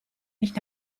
nicht